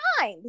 time